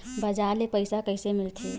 बजार ले पईसा कइसे मिलथे?